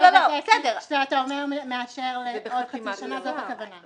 כשאתה אומר שאתה מאשר לעוד חצי שנה, זאת הכוונה.